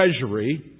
treasury